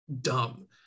dumb